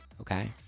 Okay